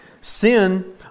sin